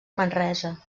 manresa